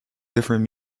different